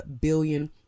billion